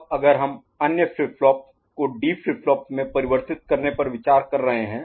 अब अगर हम अन्य फ्लिप फ्लॉप को डी फ्लिप फ्लॉप में परिवर्तित करने पर विचार कर रहे हैं